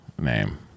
name